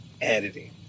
editing